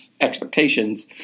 expectations